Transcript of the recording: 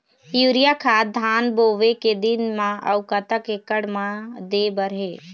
Urea खाद धान बोवे के दिन म अऊ कतक एकड़ मे दे बर हे?